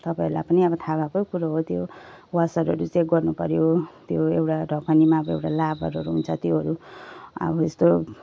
तपाईँहरूलाई पनि अब थाहा भएको कुरा हो त्यो वासर्डहरू चेक गर्नुपऱ्यो त्यो एउटा ढकनीमा अब एउटा लाबरहरू हुन्छ त्योहरू अब यस्तो